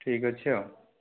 ଠିକ୍ ଅଛି ଆଉ